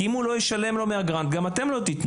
כי אם הוא לא ישלם לו מהגרנט גם אתם לא תתנו.